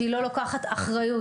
כשהיא לא לוקחת אחריות,